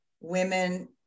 women